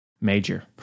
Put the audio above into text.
Major